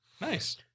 Nice